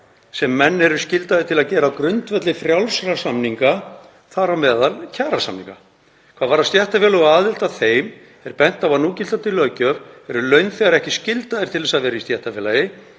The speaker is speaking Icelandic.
sem menn eru skyldaðir til að gera á grundvelli frjálsra samninga, þar á meðal kjarasamninga. Hvað varðar stéttarfélög og aðild að þeim er bent á að í núgildandi löggjöf eru launþegar ekki skyldaðir til þess að vera í stéttarfélagi.